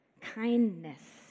kindness